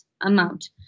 amount